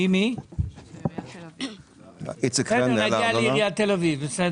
בסדר, נגיע לעיריית תל אביב.